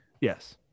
Yes